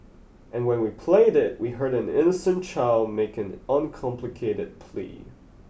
and when we played it we heard an innocent child make an uncomplicated plea